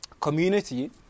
community